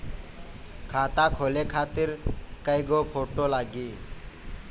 खाता खोले खातिर कय गो फोटो लागी?